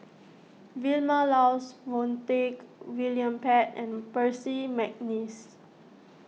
Vilma Laus Montague William Pett and Percy McNeice